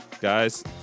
Guys